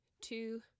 two